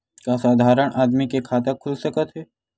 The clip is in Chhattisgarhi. का साधारण आदमी के खाता खुल सकत हे?